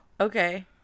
Okay